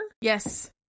Yes